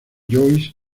joyce